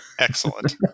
Excellent